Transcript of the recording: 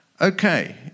Okay